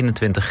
21